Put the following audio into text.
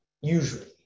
usually